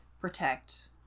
protect